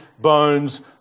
bones